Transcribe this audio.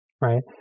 Right